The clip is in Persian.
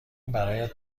برایت